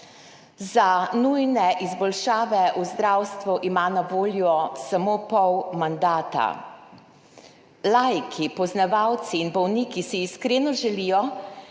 Za nujne izboljšave v zdravstvu ima na voljo samo pol mandata. Laiki, poznavalci in bolniki si iskreno želijo,